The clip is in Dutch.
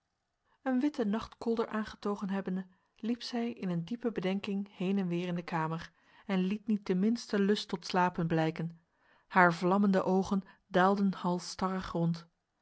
een witte nachtkolder aangetogen hebbende liep zij in een diepe bedenking heen en weer in de kamer en liet niet de minste lust tot slapen blijken haar vlammende ogen dwaalden halsstarrig rond